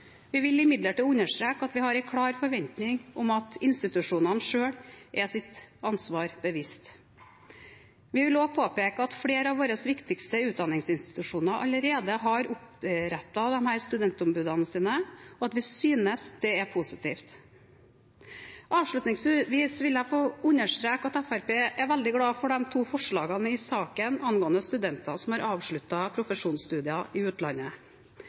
Vi vil imidlertid understreke at vi har en klar forventing om at institusjonene selv er seg sitt ansvar bevisst. Vi vil også påpeke at flere av våre viktigste utdanningsinstitusjoner allerede har opprettet studentombud, og at vi synes dette er positivt. Avslutningsvis vil jeg understreke at Fremskrittspartiet er veldig glad for de to forslagene i denne saken angående studenter som har avsluttet profesjonsstudier i utlandet,